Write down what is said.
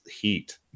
heat